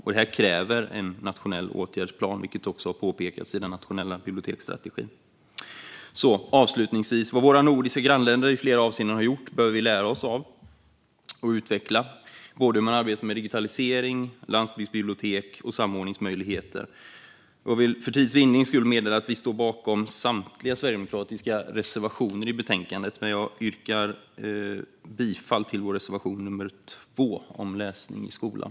Det kräver en nationell åtgärdsplan, vilket också påpekas i den nationella biblioteksstrategin. Vad våra nordiska grannländer har gjort i flera avseenden bör vi lära oss av och utveckla när det gäller såväl arbete med digitalisering och landsbygdsbibliotek som samordningsmöjligheter. Jag vill avslutningsvis meddela att jag står bakom samtliga sverigedemokratiska reservationer i betänkandet, men för tids vinnande yrkar jag bifall endast till vår reservation nummer 2 om läsning i skolan.